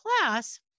class